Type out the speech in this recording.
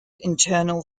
internal